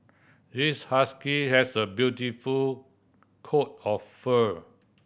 this husky has a beautiful coat of fur